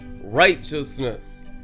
righteousness